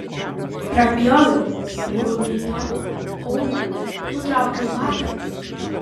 prapjoviau guminio aulą nutraukiau batą